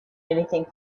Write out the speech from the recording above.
anything